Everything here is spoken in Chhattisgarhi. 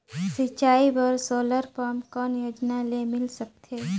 सिंचाई बर सोलर पम्प कौन योजना ले मिल सकथे?